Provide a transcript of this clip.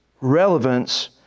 relevance